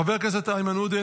חבר הכנסת איימן עודה,